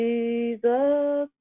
Jesus